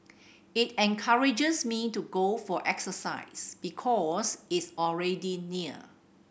it encourages me to go for exercise because it's already near